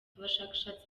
abashakashatsi